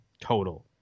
total